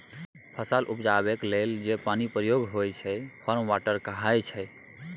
फसल उपजेबाक लेल जे पानिक प्रयोग होइ छै फार्म वाटर कहाइ छै